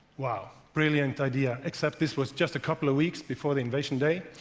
wow. brilliant idea, except this was just a couple of weeks before the invasion day.